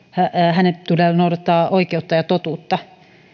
hänen tulee noudattaa oikeutta ja totuutta